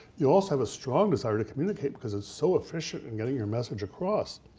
you also have a strong desire to communicate because it's so efficient in getting your message across.